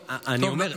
טוב,